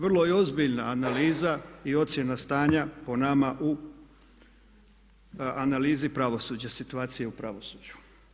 Vrlo je ozbiljna analiza i ocjena stanja po nama u analizi pravosuđa, situacije u pravosuđu.